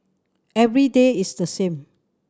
every day is the same